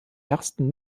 ersten